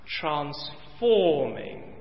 transforming